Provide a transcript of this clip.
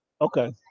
Okay